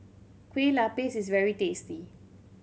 Kueh Lapis is very tasty